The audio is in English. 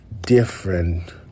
different